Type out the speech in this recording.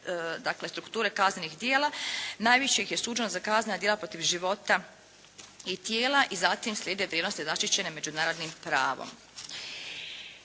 dakle strukture kaznenog djela, najviše ih je suđeno za kaznena djela protiv života i tijela i zatim slijede vrijednosti zaštićene međunarodnim pravom.